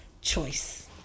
choice